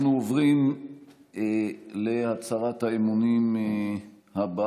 אנחנו עוברים להצהרת האמונים הבאה.